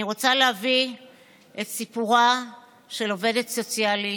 אני רוצה להביא את סיפורה של עובדת סוציאלית,